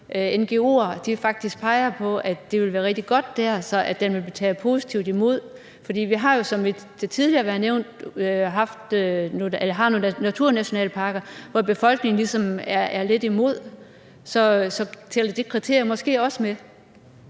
faktisk peger på, at det ville være rigtig godt dér, så den ville blive taget positivt imod. For vi har jo, som det tidligere har været nævnt, nogle naturnationalparker, hvor befolkningen ligesom er lidt imod, og så tæller det kriterium måske også med.